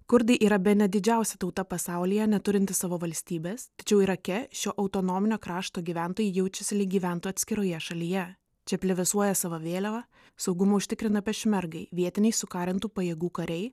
kurdai yra bene didžiausia tauta pasaulyje neturinti savo valstybės tačiau irake šio autonominio krašto gyventojai jaučiasi lyg gyventų atskiroje šalyje čia plevėsuoja sava vėliava saugumą užtikrina pešmergai vietiniai sukarintų pajėgų kariai